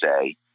say